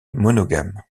monogame